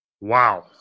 Wow